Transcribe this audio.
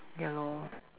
ya lor